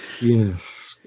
Yes